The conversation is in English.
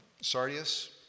sardius